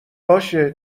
باشه